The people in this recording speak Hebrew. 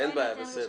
אין בעיה, בסדר.